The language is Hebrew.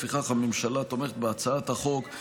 לפיכך הממשלה תומכת בהצעת החוק,